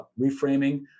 Reframing